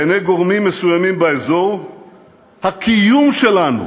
בעיני גורמים מסוימים באזור הקיום שלנו,